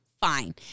fine